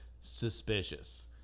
suspicious